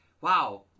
wow